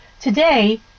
Today